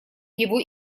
его